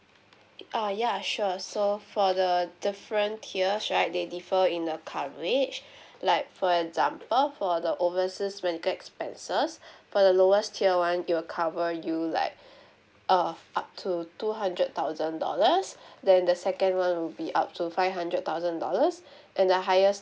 err ya sure so for the different tiers right they differ in a coverage like for example for the overseas medical expenses for the lowest tier one it will cover you like err up to two hundred thousand dollars then the second one will be up to five hundred thousand dollars and the highest